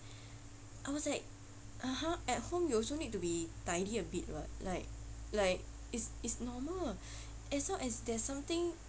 I was like (uh huh) at home you also need to be tidy a bit [what] like like it's it's normal as long as there's something